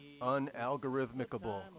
unalgorithmicable